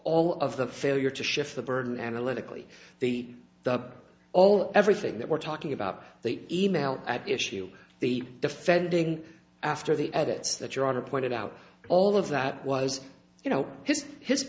all of the failure to shift the burden analytically the the all everything that we're talking about the email at issue the defending after the edits that your honor pointed out all of that was you know his hi